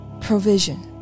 provision